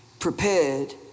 Prepared